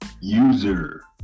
User